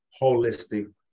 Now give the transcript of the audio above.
holistic